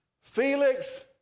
Felix